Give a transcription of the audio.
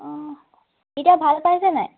অঁ এতিয়া ভাল পাইছে নাই